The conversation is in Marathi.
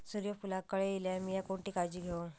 सूर्यफूलाक कळे इल्यार मीया कोणती काळजी घेव?